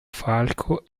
falco